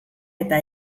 eta